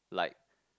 like